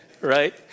right